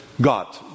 God